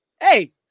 Hey